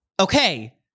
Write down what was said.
Okay